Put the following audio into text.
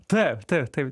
taip taip taip